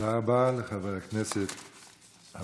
תודה רבה לחבר הכנסת אלהואשלה.